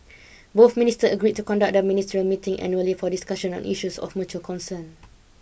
both ministers agreed to conduct the ministerial meeting annually for discussions on issues of mutual concern